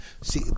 see